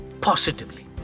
positively